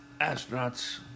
astronauts